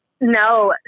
No